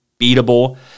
beatable